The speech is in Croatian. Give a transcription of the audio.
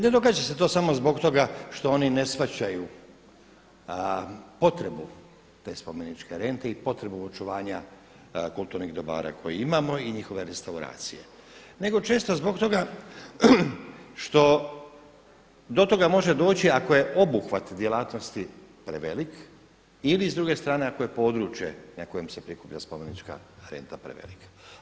Ne događa se to samo zbog toga što oni ne shvaćaju potrebu te spomeničke rente i potrebu očuvanja kulturnih dobara koje imamo i njihove restauracije, nego često zbog toga što do toga može doći ako je obuhvat djelatnosti prevelik ili s druge strane ako je područje na kojem se prikuplja spomenička renta prevelik.